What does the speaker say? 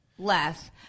less